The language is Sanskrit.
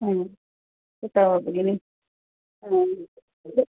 ह उत वा भगिनि